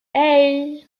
hey